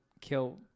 kill